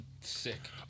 sick